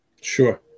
Sure